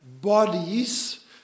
bodies